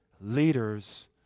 leaders